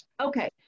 Okay